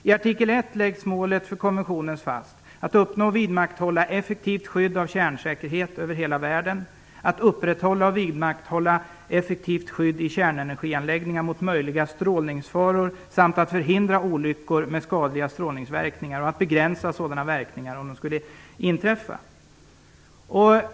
I artikel 1 läggs målet för konventionen fast, att uppnå och vidmakthålla effektivt skydd av kärnsäkerhet över hela världen, att upprätthålla och vidmakthålla effektivt skydd i kärnenergianläggningar mot möjliga strålningsfaror samt att förhindra olyckor med skadliga strålningsverkningar och att begränsa sådana verkningar om de skulle inträffa.